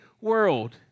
world